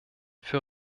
für